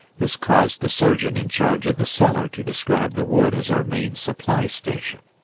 this caused the surgeon in charge of the cellar to describe the wood as our main supply station!